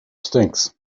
stinks